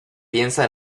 piensa